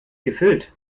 gefüllt